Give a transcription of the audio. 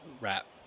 wrap